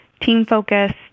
team-focused